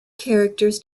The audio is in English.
characters